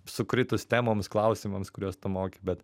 sukritus temoms klausimams kuriuos tu moki bet